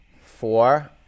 four